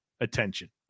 attention